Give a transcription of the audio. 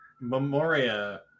Memoria